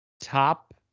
Top